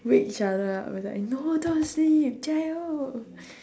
wake each other up and like no don't sleep jiayou